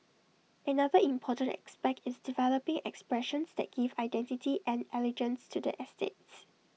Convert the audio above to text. another important aspect is developing expressions that give identity and elegance to the estates